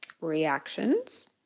reactions